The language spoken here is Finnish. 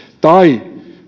tai